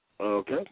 Okay